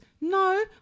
No